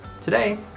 today